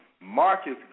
Marcus